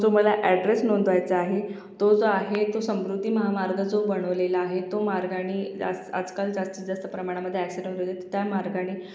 जो मला अॅड्रेस नोंदवायचा आहे तो जो आहे तो समृद्धी महामार्ग जो बनवलेला आहे तो मार्गानी आस आजकाल जास्तीत जास्त प्रमाणामधे अॅक्सिडंट होतात तर त्या मार्गाने